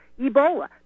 Ebola